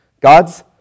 God's